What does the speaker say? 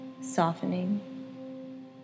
softening